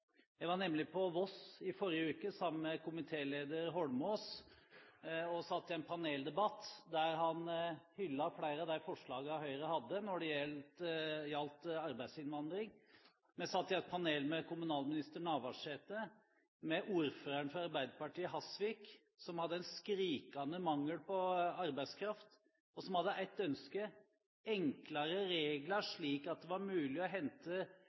Jeg var på Voss i forrige uke sammen med komitéleder Holmås. Vi satt i en paneldebatt der han hyllet flere av de forslagene Høyre hadde når det gjaldt arbeidsinnvandring. Vi satt i et panel med kommunalminister Navarsete, med ordføreren, fra Arbeiderpartiet, i Hasvik, som hadde en skrikende mangel på arbeidskraft, og som hadde ett ønske: enklere regler, slik at det var mulig å hente